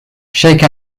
shake